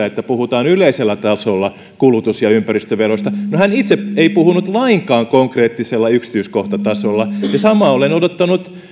että puhutaan yleisellä tasolla kulutus ja ympäristöveroista no hän itse ei puhunut lainkaan konkreettisella yksityiskohtatasolla ja samaa olen odottanut